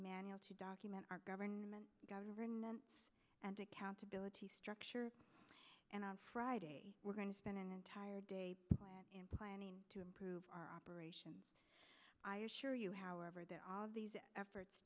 manual to document our government government and accountability structure and on friday we're going to spend an entire day in planning to improve our operation i assure you however that all these efforts